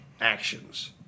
actions